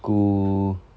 school